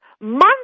months